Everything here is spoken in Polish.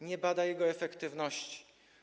Nie bada jego efektywności.